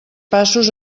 passos